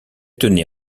tenait